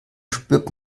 spürt